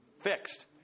fixed